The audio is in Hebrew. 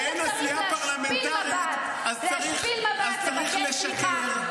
כשאין עשייה פרלמנטרית, אז צריך לשקר.